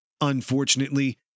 Unfortunately